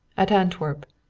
at antwerp.